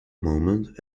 moment